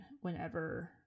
whenever